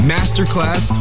Masterclass